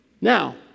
Now